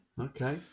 Okay